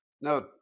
No